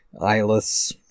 eyeless